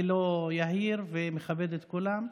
אני לא יהיר, ומכבד את כולם,